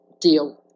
deal